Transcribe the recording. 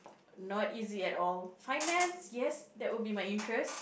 not easy at all finance yes that would be my interest